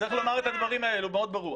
-- צריך לומר את הדברים האלה מאוד ברור,